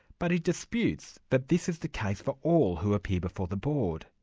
but he disputes that this is the case for all who appear before the board.